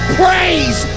praise